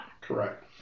Correct